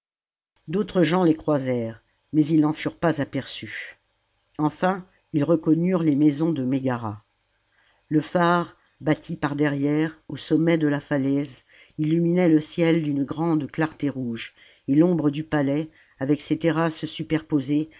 d'autres gens les croisèrent mais ils n'en furent pas aperçus enfin ils reconnurent les maisons de mégara le phare bâti par derrière au sommet de la falaise illuminait le ciel d'une grande clarté rouge et l'ombre du palais avec ses terrasses superposées